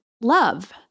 love